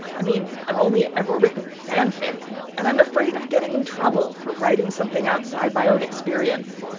i mean, i've only ever written fanfic. and i'm afraid of getting in trouble for writing something outside my own experience.